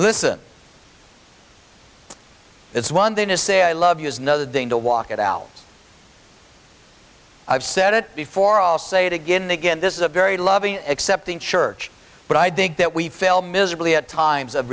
listen it's one thing to say i love you is another thing to walk it out i've said it before i'll say it again and again this is a very loving accepting church but i'd think that we fail miserably at times